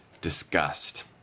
disgust